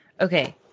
Okay